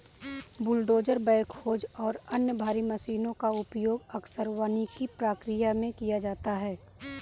bulldozer backhoes और अन्य भारी मशीनों का उपयोग अक्सर वानिकी प्रक्रिया में किया जाता है